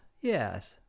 yes